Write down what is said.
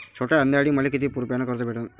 छोट्या धंद्यासाठी मले कितीक रुपयानं कर्ज भेटन?